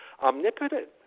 omnipotent